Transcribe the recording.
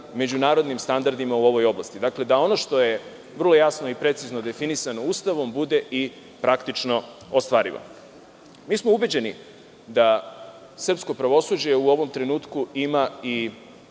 međunarodnim standardima u ovoj oblasti. Dakle, da ono što je vrlo jasno i precizno definisano Ustavom bude i praktično ostvarivo. Ubeđeni smo da srpsko pravosuđe u ovom trenutku ima i